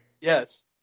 Yes